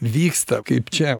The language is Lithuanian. vyksta kaip čia